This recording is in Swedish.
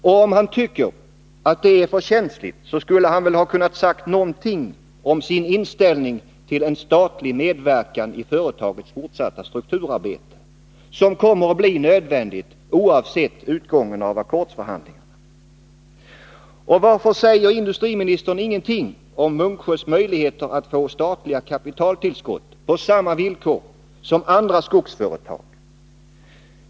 Och om han tycker att det är för känsligt, skulle han väl ha kunnat säga någonting | om sin inställning till en statlig medverkan i företagets fortsatta strukturar bete, som kommer att bli nödvändigt oavsett utgången av ackordsförhandlingarna. Och varför säger industriministern ingenting om Munksjös möjligheter att få statliga kapitaltillskott på samma villkor som andra skogsföretag?